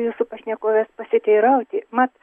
jūsų pašnekovės pasiteirauti mat